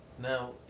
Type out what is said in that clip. Now